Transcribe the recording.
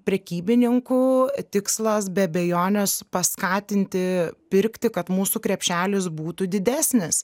prekybininkų tikslas be abejonės paskatinti pirkti kad mūsų krepšelis būtų didesnis